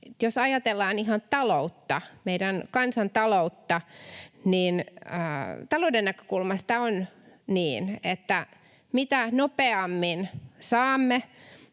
Jos ajatellaan ihan taloutta, meidän kansantaloutta, niin talouden näkökulmasta on niin, että mitä nopeammin saamme